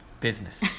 Business